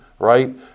right